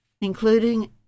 including